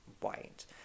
white